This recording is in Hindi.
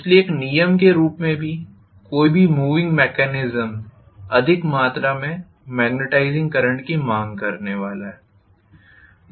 इसलिए एक नियम के रूप में कोई भी मूविंग मेकेनीस्म अधिक मात्रा में मैग्नेटाइज़िंग करंट की मांग करने वाला है